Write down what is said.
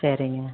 சரிங்க